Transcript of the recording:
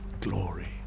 Glory